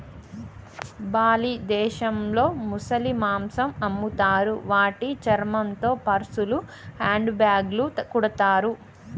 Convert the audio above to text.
Bali దేశంలో ముసలి మాంసం అమ్ముతారు వాటి చర్మంతో పర్సులు, హ్యాండ్ బ్యాగ్లు కుడతారు